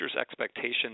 expectations